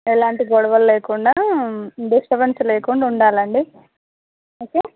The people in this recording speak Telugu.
ఎలాంటి గొడవలు లేకుండా డిస్టబెన్స్ లేకుండా ఉండాలండి ఓకే